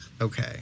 okay